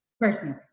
personally